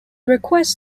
requests